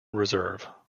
reserve